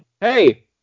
hey